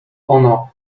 ono